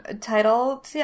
title